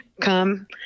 come